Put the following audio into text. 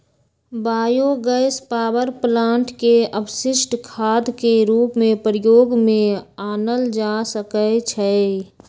bio gas power plant के अपशिष्ट खाद के रूप में प्रयोग में आनल जा सकै छइ